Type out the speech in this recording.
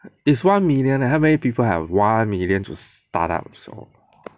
is one million leh how many people have one million to start up so